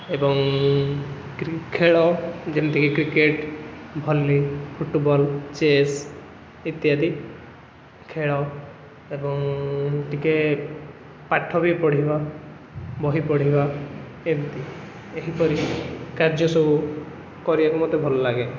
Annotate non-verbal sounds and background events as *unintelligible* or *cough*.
ଏବଂ *unintelligible* ଖେଳ ଯେମିତି କି କ୍ରିକେଟ୍ ଭଲି ଫୁଟ୍ବଲ୍ ଚେସ୍ ଇତ୍ୟାଦି ଖେଳ ଏବଂ ଟିକେ ପାଠ ବି ପଢ଼ିବା ବହି ପଢ଼ିବା ଏମିତି ଏହିପରି କାର୍ଯ୍ୟ ସବୁ କରିବାକୁ ମୋତେ ଭଲ ଲାଗେ